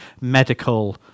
medical